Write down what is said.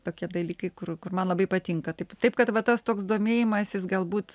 tokie dalykai kur kur man labai patinka taip taip kad va tas toks domėjimasis galbūt